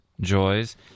joys